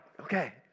okay